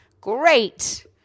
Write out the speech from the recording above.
great